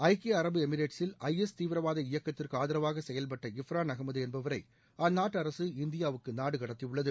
ஐக்கிய அரபு எமிரேட்ஸ் ல் ஐ எஸ் தீவிரவாத இயக்கத்திற்கு ஆதரவாக செயல்பட்ட இப்ரான் அகமது என்பவரை அந்நாட்டு அரசு இந்தியாவுக்கு நாடு கடத்தியுள்ளது